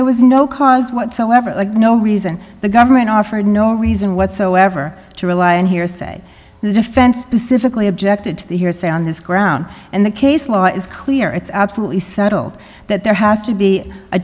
there was no cause whatsoever no reason the government offered no reason whatsoever to rely on hearsay the defense specifically objected to the hearsay on this ground and the case law is clear it's absolutely settled that there has to be a